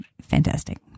fantastic